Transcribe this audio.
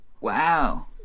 wow